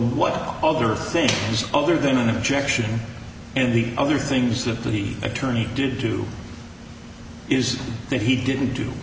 what other things other than an objection in the other things to the attorney to do is that he didn't do